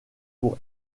pour